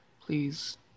please